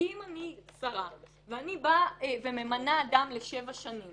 כי אם אני שרה ואני ממנה אדם לשבע שנים,